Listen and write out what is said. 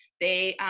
they